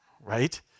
right